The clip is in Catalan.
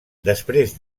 després